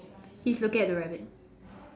he's looking at the rabbit